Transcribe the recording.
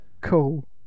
Cool